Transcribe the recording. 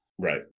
Right